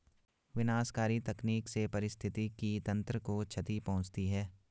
विनाशकारी तकनीक से पारिस्थितिकी तंत्र को क्षति पहुँचती है